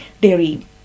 dairy